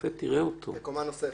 שהשופט יראה אותו -- זאת קומה נוספת.